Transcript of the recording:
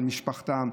של משפחתם.